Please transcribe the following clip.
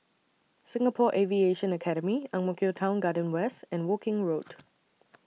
Singapore Aviation Academy Ang Mo Kio Town Garden West and Woking Road